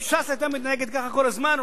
אם ש"ס היתה מתנהגת ככה כל הזמן,